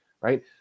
right